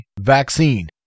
vaccine